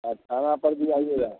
आप थाने पर भी आइएगा